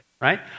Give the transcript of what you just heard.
right